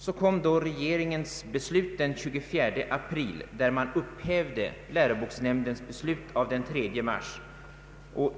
Så kom regeringens beslut den 24 april, i vilket man upphävde läroboksnämndens beslut den 3 mars.